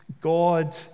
God